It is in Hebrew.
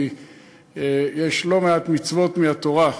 כי יש לא מעט מצוות מהתורה,